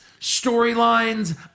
storylines